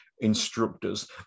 instructors